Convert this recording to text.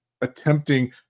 attempting